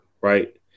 right